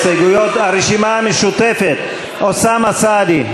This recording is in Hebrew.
ההסתייגויות, הרשימה המשותפת, אוסאמה סעדי?